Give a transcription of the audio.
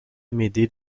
amédée